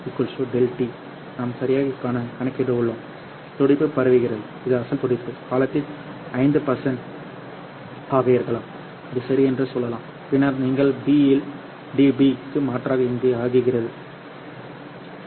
5 b ∆τ நாம் சரியாக கணக்கிட்டுள்ளோம் துடிப்பு பரவுகிறது இது அசல் துடிப்பு காலத்தின் 50 ஆக இருக்கலாம் அது சரி என்று சொல்லலாம் பின்னர் நீங்கள் b இல் db க்கு மாற்றாக இங்கே ஆகிறது 0